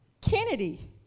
Kennedy